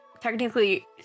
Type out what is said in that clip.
technically